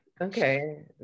okay